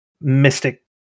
mystic